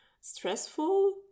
stressful